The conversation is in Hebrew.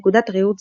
נקודת ראות זו,